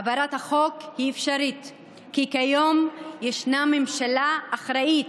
העברת החוק היא אפשרית כי כיום ישנה ממשלה אחראית,